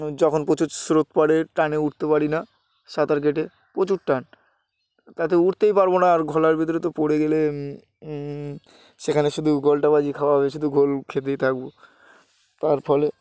যখন প্রচুর স্রোত পড়ে টানে উঠতে পারি না সাঁতার কেটে প্রচুর টান তাতে উঠতেই পারবো না আর ঘোলার ভেতরে তো পড়ে গেলে সেখানে শুধু গোলটা বাজি খাওয়া হবে শুধু ঘোল খেতেই থাকব তার ফলে